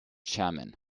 chairman